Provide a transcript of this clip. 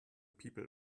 people